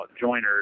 joiners